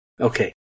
okay